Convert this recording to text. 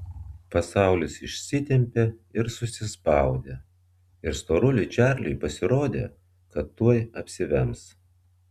pasaulis išsitempė ir susispaudė ir storuliui čarliui pasirodė kad tuoj apsivems